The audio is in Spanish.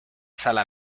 sala